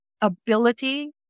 ability